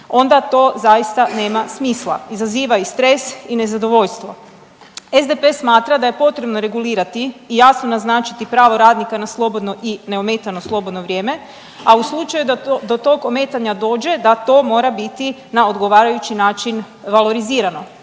onda to zaista nema smisla, izaziva i stres i nezadovoljstvo. SDP smatra da je potrebno regulirati i jasno naznačiti pravo radnika na slobodno i neometano slobodno vrijeme, a u slučaju da do tog ometanja dođe da to mora biti na odgovarajući način valorizirano,